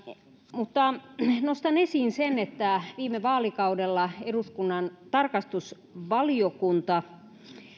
mutta nostan esiin sen että viime vaalikaudella eduskunnan tarkastusvaliokunta